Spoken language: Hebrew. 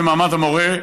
במעמד המורה,